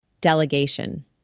Delegation